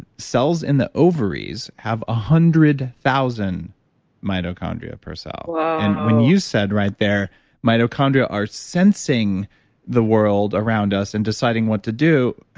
cells in the ovaries have one hundred thousand mitochondria per cell whoa when you said right there mitochondria are sensing the world around us and deciding what to do,